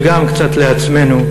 וגם קצת לעצמנו,